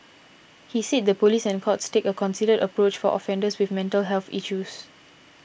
he said the police and courts take a considered approach for offenders with mental health issues